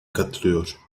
katılıyor